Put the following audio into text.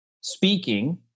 speaking